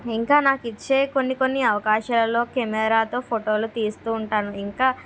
ఇంకా నాకు ఇచ్చే కొన్ని కొన్ని అవకాశాల్లో కెమెరా తో ఫోటోలు తీస్తూ ఉంటాను ఇంకా